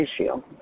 issue